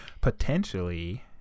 Potentially